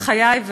בחיי,